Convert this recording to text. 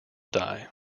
die